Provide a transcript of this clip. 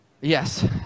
Yes